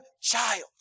child